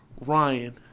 Ryan